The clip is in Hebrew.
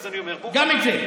גם את זה?